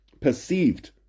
perceived